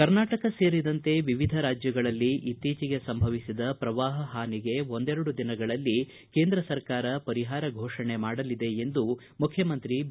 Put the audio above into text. ಕರ್ನಾಟಕ ಸೇರಿದಂತೆ ವಿವಿಧ ರಾಜ್ಯಗಳಲ್ಲಿ ಇತ್ತೀಚೆಗೆ ಸಂಭವಿಸಿದ ಪ್ರವಾಹ ಹಾನಿಗೆ ಒಂದೆರಡು ದಿನಗಳಲ್ಲಿ ಕೇಂದ್ರ ಸರ್ಕಾರ ಪರಿಹಾರ ಘೋಷಣೆ ಮಾಡಲಿದೆ ಎಂದು ಮುಖ್ಯಮಂತ್ರಿ ಬಿ